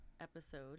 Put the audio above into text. episode